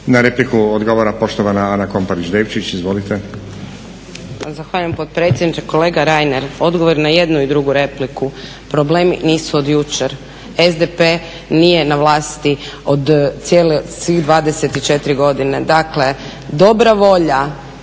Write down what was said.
Na repliku odgovara poštovana Ana Komparić Devčić. Izvolite. **Komparić Devčić, Ana (SDP)** Zahvaljujem potpredsjedniče. Kolega Reiner, odgovor na jednu i drugu repliku. Problemi nisu od jučer. SDP nije na vlasti svih 24 godine. Dakle, dobra volja,